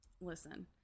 listen